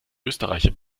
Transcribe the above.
österreicher